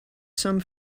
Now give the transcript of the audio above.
some